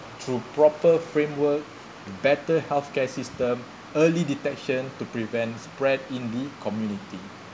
through proper framework better healthcare system early detection to prevent spread in the community